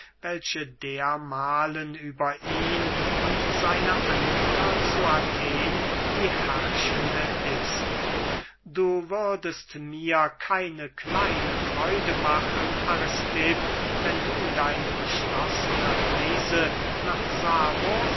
welche dermahlen über ihn und seine anhänger zu athen die herrschende ist du würdest mir keine kleine freude machen aristipp wenn du deine beschlossene reise nach samos